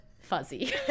fuzzy